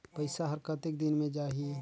पइसा हर कतेक दिन मे जाही?